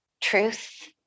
truth